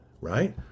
right